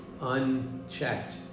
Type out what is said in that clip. unchecked